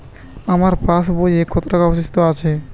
আমার পাশ বইয়ে কতো টাকা অবশিষ্ট আছে?